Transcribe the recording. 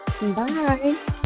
Bye